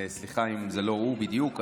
וסליחה אם זה לא הוא בדיוק עלה,